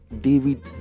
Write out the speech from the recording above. David